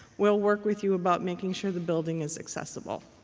we'll work with you about making sure the building is accessible.